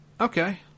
Okay